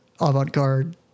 avant-garde